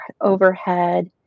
overhead